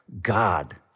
God